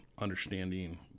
understanding